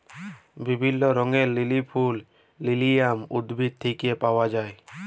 বিভিল্য রঙের লিলি ফুল লিলিয়াম উদ্ভিদ থেক্যে পাওয়া যায়